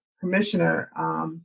commissioner